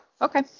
Okay